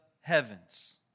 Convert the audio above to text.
heavens